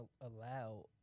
allow